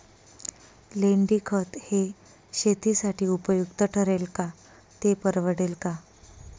लेंडीखत हे शेतीसाठी उपयुक्त ठरेल का, ते परवडेल का?